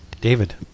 David